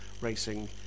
racing